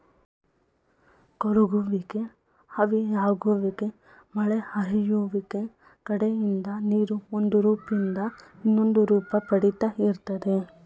ಕರಗುವಿಕೆ ಆವಿಯಾಗುವಿಕೆ ಮಳೆ ಹರಿಯುವಿಕೆ ಕಡೆಯಿಂದ ನೀರು ಒಂದುರೂಪ್ದಿಂದ ಇನ್ನೊಂದುರೂಪ ಪಡಿತಾ ಇರ್ತದೆ